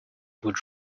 would